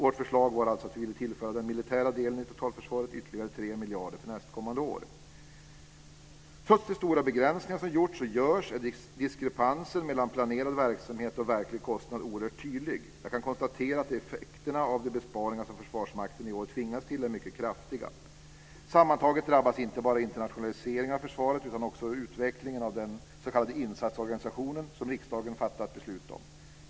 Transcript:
Vårt förslag var alltså att vi ville tillföra den militära delen i totalförsvaret ytterligare 3 miljarder för nästkommande år. Trots de stora begränsningar som gjorts och görs är diskrepansen mellan planerad verksamhet och verklig kostnad oerhört tydlig. Jag kan konstatera att effekterna av de besparingar som Försvarsmakten i år tvingas till är mycket kraftiga. Sammantaget drabbas inte bara internationaliseringen av försvaret, utan också utvecklingen av den s.k. insatsorganisationen, som riksdagen fattat beslut om.